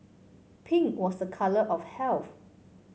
pink was a colour of health